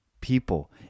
people